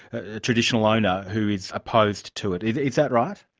ah traditional owner who is opposed to it. is that right?